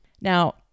now